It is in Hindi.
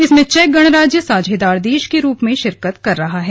इसमें चेक गणराज्य सांझेदार देश के रूप में शिरकत कर रहा है